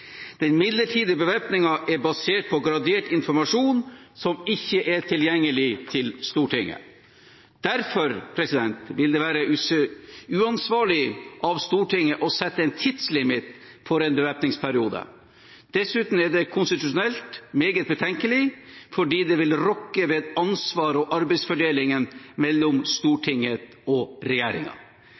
Den midlertidige bevæpningen er basert på gradert informasjon som ikke er tilgjengelig for Stortinget. Derfor vil det være uansvarlig av Stortinget å sette en tidslimit for en bevæpningsperiode. Dessuten er det konstitusjonelt meget betenkelig, fordi det vil rokke ved et ansvar og arbeidsfordelingen mellom Stortinget og